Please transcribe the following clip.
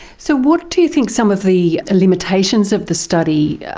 so what do you think some of the limitations of the study are?